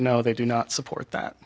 no they do not support that